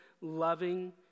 loving